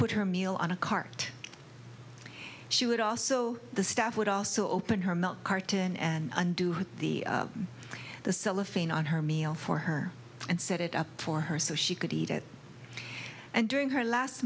put her meal on a cart she would also the staff would also open her milk carton and undo the cellophane on her meal for her and set it up for her so she could eat it and during her last